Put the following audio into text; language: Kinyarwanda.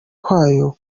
kwayo